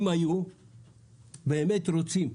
אם היו באמת רוצים,